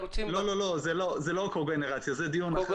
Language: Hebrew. לא, לא, זה לא קוגנרציה, זה דיון אחר שהיה אצלך.